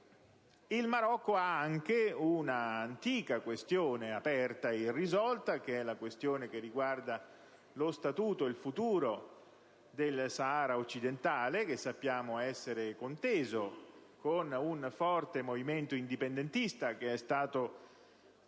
Il Marocco ha anche un'antica questione aperta e irrisolta, ossia quella che riguarda lo statuto, il futuro del Sahara occidentale, che sappiamo essere conteso, con un forte movimento indipendentista, che è stato